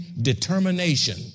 determination